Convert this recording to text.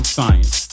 Science